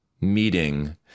meeting